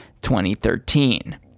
2013